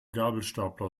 gabelstapler